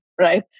right